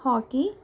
hockey